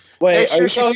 Wait